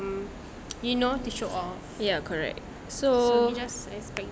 you know to show off so we just expect that